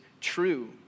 true